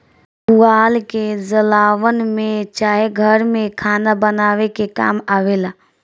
पुआल के जलावन में चाहे घर में खाना बनावे के काम आवेला